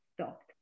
stopped